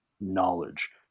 knowledge